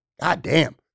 goddamn